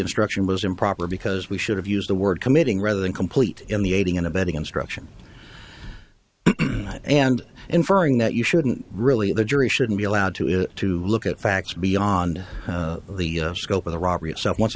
instruction was improper because we should have used the word committing rather than complete in the aiding and abetting instruction and inferring that you shouldn't really the jury shouldn't be allowed to is to look at facts beyond the scope of the robbery itself once